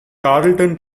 carlton